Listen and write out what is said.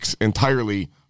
entirely